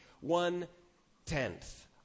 One-tenth